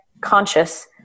conscious